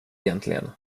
egentligen